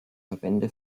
verbände